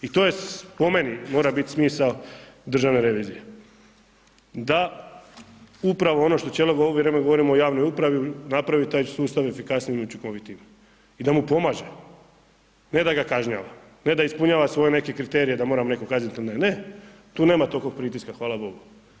I to je po meni mora bit smisao državne revizije, da upravo ono što cijelo ovo vrijeme govorimo o javnoj upravi napravit taj sustav efikasnijim i učinkovitijim i da mu pomaže, ne da ga kažnjava, ne da ispunjava svoje neke kriterije da mora nekog kaznit ili ne tu nema tolkog pritiska hvala bogu.